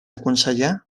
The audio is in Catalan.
aconsellar